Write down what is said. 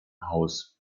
haus